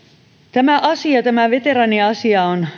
tämä veteraaniasia on